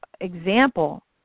example